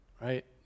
right